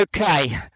Okay